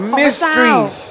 mysteries